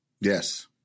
Yes